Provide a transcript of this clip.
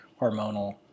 hormonal